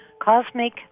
Cosmic